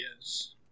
yes